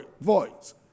voice